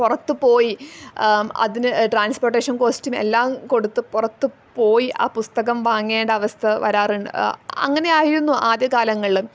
പുറത്ത് പോയി അതിന് ട്രാൻസ്പോർട്ടേഷൻ കോസ്റ്റും എല്ലാം കൊടുത്ത് പുറത്ത് പോയി ആ പുസ്തകം വാങ്ങേണ്ട അവസ്ഥ വരാറുണ്ട് അങ്ങനെയായിരുന്നു ആദ്യ കാലങ്ങളിൽ